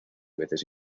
veces